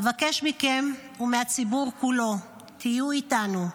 אבקש מכם ומהציבור כולו, תהיו איתנו,